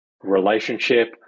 relationship